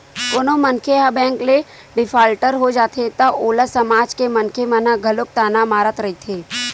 कोनो मनखे ह बेंक ले डिफाल्टर हो जाथे त ओला समाज के मनखे मन ह घलो ताना मारत रहिथे